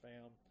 found